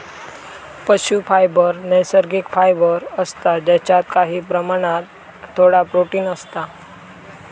पशू फायबर नैसर्गिक फायबर असता जेच्यात काही प्रमाणात थोडा प्रोटिन असता